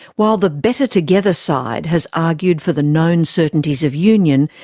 while the better together side has argued for the known certainties of union,